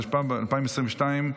התשפ"ב 2022,